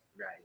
right